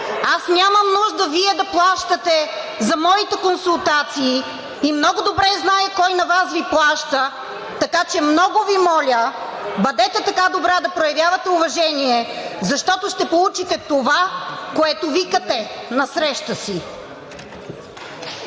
нямам нужда Вие да плащате за моите консултации. Много добре зная кой на Вас Ви плаща, така че много Ви моля, бъдете така добра да проявявате уважение, защото ще получите това, което викате насреща си.